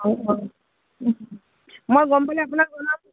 অঁ অঁ মই গম পালে আপোনাক জনাম